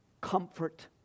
Comfort